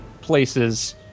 places